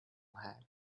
had